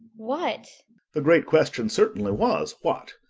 what the great question certainly was, what?